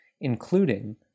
including